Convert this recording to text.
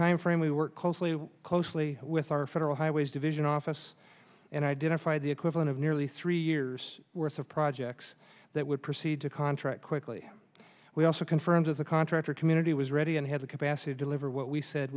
timeframe we worked closely closely with our federal highways division office and identified the equivalent of nearly three years worth of projects that would proceed to contract quickly we also confirms of the contractor community was ready and had the capacity deliver what we said